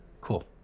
cool